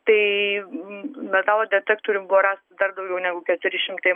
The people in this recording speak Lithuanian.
tai metalo detektorium buvo rasta dar daugiau negu keturi šimtai